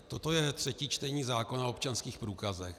Toto je třetí čtení zákona o občanských průkazech.